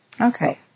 okay